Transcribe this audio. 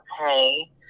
okay